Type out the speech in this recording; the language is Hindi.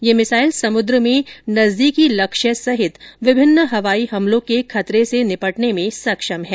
यह मिसाइल समुद्र में नजदीकी लक्ष्य सहित विभिन्न हवाई हमलों के खतरे से निपटने में सक्षम है